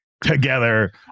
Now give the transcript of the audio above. together